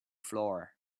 floor